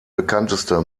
bekannteste